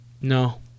No